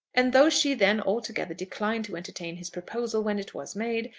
and though she then altogether declined to entertain his proposal when it was made,